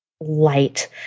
light